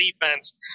defense